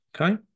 Okay